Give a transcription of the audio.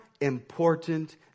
important